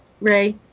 Ray